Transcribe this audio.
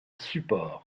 support